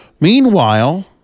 Meanwhile